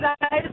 guys